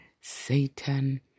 Satan